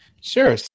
Sure